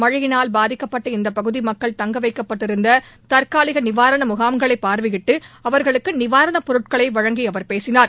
மழையினால் பாதிக்கப்பட்ட இந்தப் பகுதிமக்கள் தங்கவைக்கப்பட்டிருந்ததற்காலிகநிவாரணமுகாம்களைபார்வையிட்டுஅவர்களுக்குநிவாரணப் பொருட்களைவழங்கிஅவர் பேசினார்